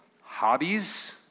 hobbies